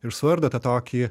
ir suardo tą tokį